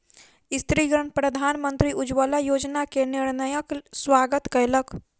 स्त्रीगण प्रधानमंत्री उज्ज्वला योजना के निर्णयक स्वागत कयलक